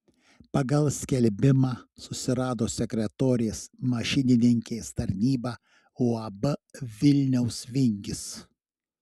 pagal skelbimą susirado sekretorės mašininkės tarnybą uab vilniaus vingis